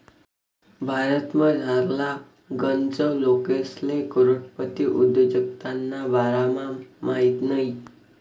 भारतमझारला गनच लोकेसले करोडपती उद्योजकताना बारामा माहित नयी